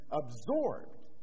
absorbed